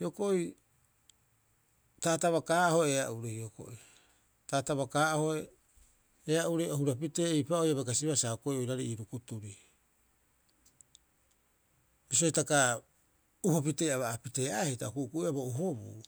Hioko'i taatabakaa'ohe ea'ure hioko'i, taatabakaa'ohe ea'ure o hurapitee eipaa'oo abai kasibaa sa hokoeu oiraarei ii rukuturi. Bisio hitaka uho pitee aba pitee'aeaa o kukuibouba bo uhobuu.